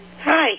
Hi